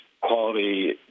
quality